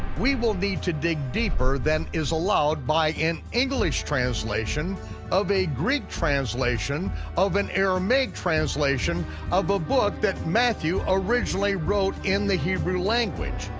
we will need to dig deeper than is allowed by an english translation of a greek translation of an aramaic translation of a book that matthew originally wrote in the hebrew language.